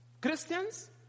Christians